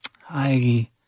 hi